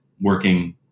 working